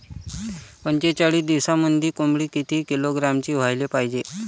पंचेचाळीस दिवसामंदी कोंबडी किती किलोग्रॅमची व्हायले पाहीजे?